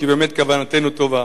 כי באמת כוונתנו טובה.